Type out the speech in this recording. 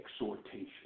exhortation